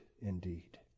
indeed